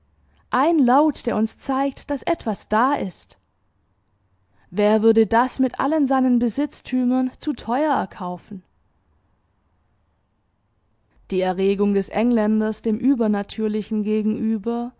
ein laut der uns zeigt daß etwas da ist wer würde das mit allen seinen besitztümern zu teuer erkaufen die erregung des engländers dem übernatürlichen gegenüber